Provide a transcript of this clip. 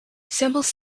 samples